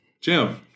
Jim